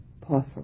possible